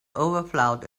overflowed